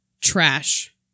trash